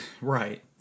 Right